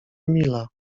emila